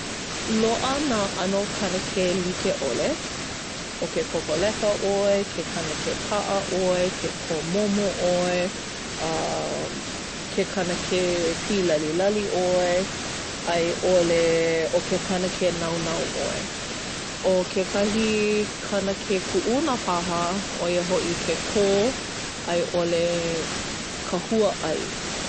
Loaʻa nā ʻano kanakē like ʻole. ʻO ke kokoleka ʻoe, ke kanakē paʻa ʻoe, ke kōmomo ʻoe, umm... Ke kanakē pīlalilali ʻoe, a i ʻole, ʻo ke kanakē naunau ʻoe. ʻO kekahi kanakē kuʻuna paha, ʻo ia hoʻi ke kō a i ʻole ka huaʻai.